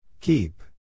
Keep